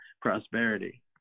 prosperity